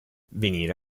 venire